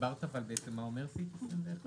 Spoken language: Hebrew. הסברת אבל מה סעיף 21?